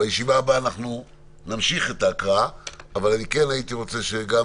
בישיבה הבאה אנחנו נמשיך את ההקראה אבל אני כן הייתי רוצה שגם